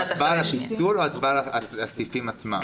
הצבעה על הפיצול והצבעה על הסעיפים עצמם.